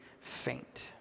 Faint